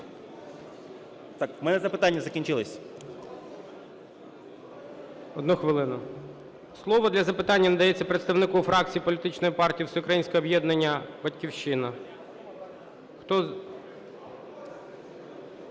Так у мене запитання закінчилося. ГОЛОВУЮЧИЙ. Одну хвилину. Слово для запитання надається представнику фракції політичної партії Всеукраїнське об'єднання "Батьківщина". Хто?